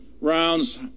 rounds